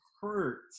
hurt